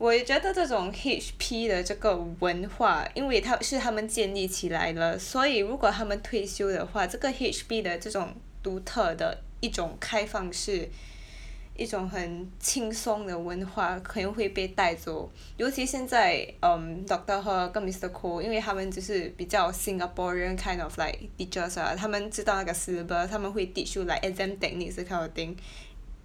我也觉得这种 H_P 的这个文化因为是他们建立起来了所以如果他们退休的话这个 H_P 的这种独特的一种开放式 一种很轻松的文化可能会被带走 尤其现在 um doctor Herr 跟 mister Koh 因为他们就是比较 Singaporean kind of like teachers ah 他们知道那个 syllabus 他们会 teach you like exam techniques that kind of thing